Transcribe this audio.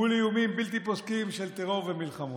מול איומים בלתי פוסקים של טרור ומלחמות,